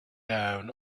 down